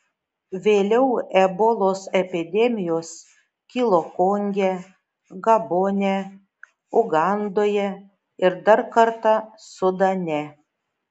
vėliau ebolos epidemijos kilo konge gabone ugandoje ir dar kartą sudane